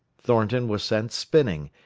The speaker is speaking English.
thornton was sent spinning,